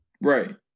Right